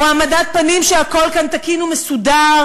הוא העמדת פנים שהכול כאן תקין ומסודר,